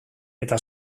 eta